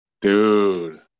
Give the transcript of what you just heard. dude